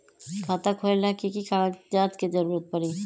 खाता खोले ला कि कि कागजात के जरूरत परी?